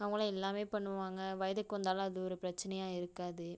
அவங்களே எல்லாமே பண்ணுவாங்க வயதுக்கு வந்தாலும் அது ஒரு பிரச்சனையாக இருக்காது